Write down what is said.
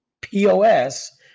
POS